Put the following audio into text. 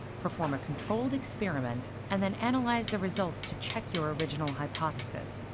perform a controlled experiment, and then analyze the results to check your original hypothesis.